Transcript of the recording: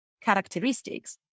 characteristics